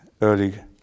early